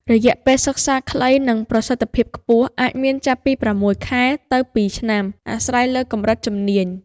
រយៈពេលសិក្សាខ្លី និងប្រសិទ្ធភាពខ្ពស់អាចមានចាប់ពី ៦ ខែទៅ ២ ឆ្នាំ អាស្រ័យលើកម្រិតជំនាញ។